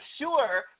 sure